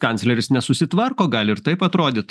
kancleris nesusitvarko gali ir taip atrodyt